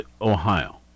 Ohio